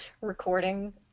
recording